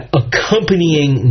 accompanying